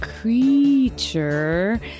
creature